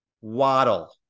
Waddle